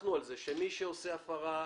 הלכנו על זה שמי שעושה הפרה,